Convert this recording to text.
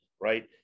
right